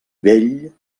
vell